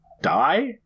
die